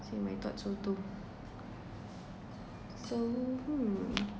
same I thought so too so hmm